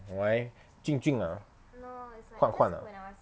why 静静 ah 换换 ah